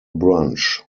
brunch